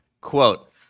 Quote